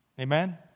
amen